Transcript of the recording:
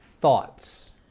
thoughts